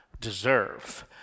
deserve